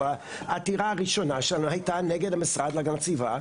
העתירה הראשונה שלנו הייתה נגד המשרד להגנת הסביבה,